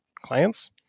clients